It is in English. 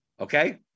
okay